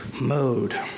mode